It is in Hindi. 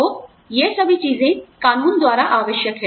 तो यह सभी चीजें कानून द्वारा आवश्यक है